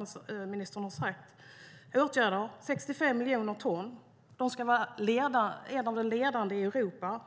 Utsläppen ska ned till 65 miljoner ton. Vattenfall ska vara ett av de ledande företagen i Europa.